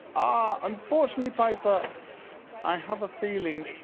ah, unfortunately piper i have a feeling